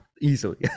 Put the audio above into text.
easily